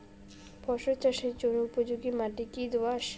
ফসল চাষের জন্য উপযোগি মাটি কী দোআঁশ?